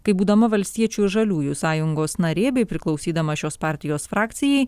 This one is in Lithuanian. kai būdama valstiečių ir žaliųjų sąjungos narė bei priklausydama šios partijos frakcijai